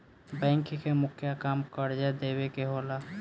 bank के मुख्य काम कर्जा देवे के होला